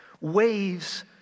Waves